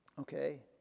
Okay